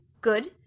Good